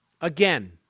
Again